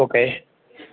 okay